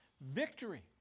victory